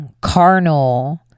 carnal